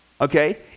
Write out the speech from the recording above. okay